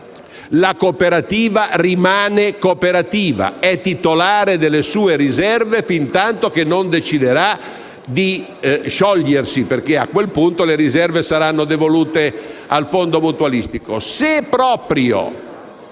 La cooperativa rimane cooperativa ed è titolare delle sue riserve fintantoché non deciderà di sciogliersi; a quel punto, le riserve saranno devolute al fondo mutualistico.